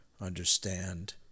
understand